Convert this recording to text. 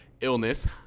illness